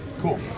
Cool